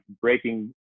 breaking